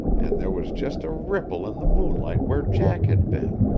and there was just a ripple in the moonlight where jack had been.